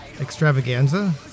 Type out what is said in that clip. extravaganza